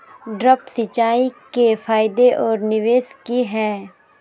Drip सिंचाई के फायदे और निवेस कि हैय?